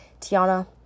Tiana